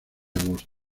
agosto